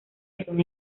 atún